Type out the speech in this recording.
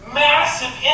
massive